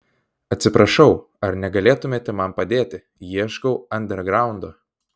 atsiprašau ar negalėtumėte man padėti ieškau andergraundo